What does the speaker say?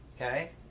Okay